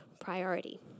priority